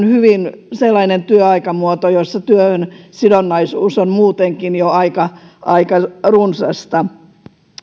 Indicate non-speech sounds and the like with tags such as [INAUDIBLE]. [UNINTELLIGIBLE] hyvin sellainen työaikamuoto jossa työhön sidonnaisuus on muutenkin jo aika aika runsasta